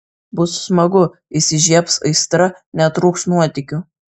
bus smagu įsižiebs aistra netrūks nuotykių